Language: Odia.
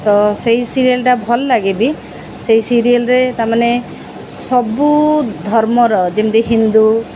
ତ ସେହି ସିରିଏଲ୍ଟା ଭଲ ଲାଗେ ବିି ସେହି ସିରିଏଲ୍ରେ ତା'ମାନେ ସବୁ ଧର୍ମର ଯେମିତି ହିନ୍ଦୁ